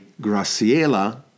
Graciela